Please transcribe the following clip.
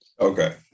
Okay